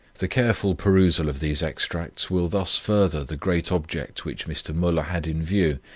the careful perusal of these extracts will thus further the great object which mr. muller had in view,